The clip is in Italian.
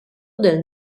nel